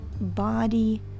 body